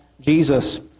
Jesus